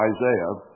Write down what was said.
Isaiah